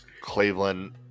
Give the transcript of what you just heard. Cleveland